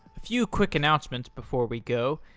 few quick announcements before we go.